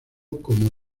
como